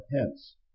hence